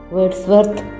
Wordsworth